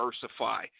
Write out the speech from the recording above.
diversify